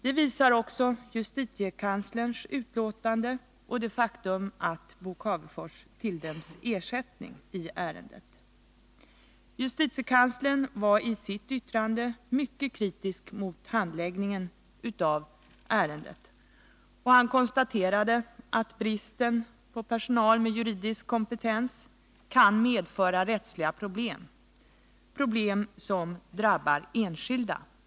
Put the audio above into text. Det visar också justitiekanslerns utlåtande och det faktum att Bo Cavefors tilldömts ersättning. Justitiekanslern var i sitt yttrande mycket kritisk emot handläggningen av ärendet och han konstaterade att bristen på personal med juridisk kompetens kan medföra rättsliga problem. Problem som drabbar enskilda.